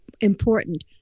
important